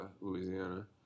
Louisiana